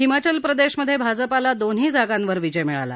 हिमाचल प्रदेशमधे भाजपाला दोन्ही जागावर विजय मिळाला